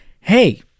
hey-